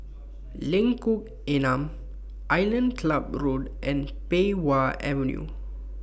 Lengkok Enam Island Club Road and Pei Wah Avenue